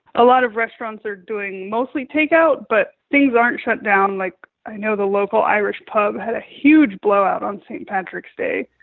a lot of restaurants are doing mostly takeout, but things aren't shut down. like, i know the local irish pub had a huge blow out on st. patrick's day.